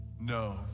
No